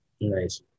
Nice